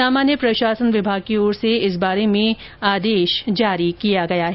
सामान्य प्रशासन विभाग की ओर से इस बारे में एक आदेश जारी किया गया है